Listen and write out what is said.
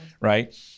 right